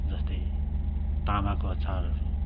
जस्तै तामाको अचारहरू